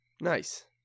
Nice